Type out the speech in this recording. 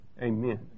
amen